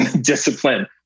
discipline